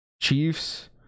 Chiefs